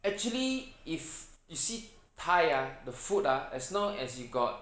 actually if you see thai ah the food ah as long as you got